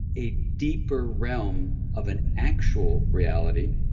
a deeper realm of an actual reality